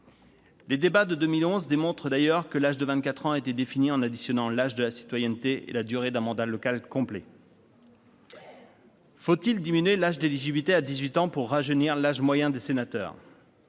Les débats de 2011 démontrent d'ailleurs que l'âge de vingt-quatre ans a été défini en additionnant l'âge de la citoyenneté et la durée d'un mandat local complet. Faut-il diminuer l'âge d'éligibilité à dix-huit ans pour rajeunir l'âge moyen des sénateurs ?